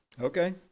Okay